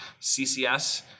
CCS